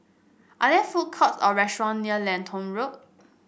are there food courts or restaurants near Lentor Road